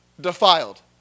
defiled